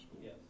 Yes